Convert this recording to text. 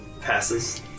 passes